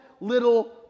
little